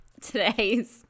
today's